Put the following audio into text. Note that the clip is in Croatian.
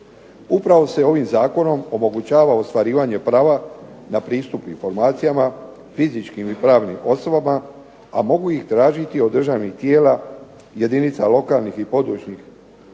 Upravo se ovim Zakonom omogućava ostvarivanje prava na pristup informacijama, fizičkim i pravnim osobama a mogu ih tražiti od državnih tijela, jedinica lokalnih i područnih